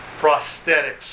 prosthetics